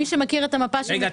מי שמכיר את המפה של --- רגע,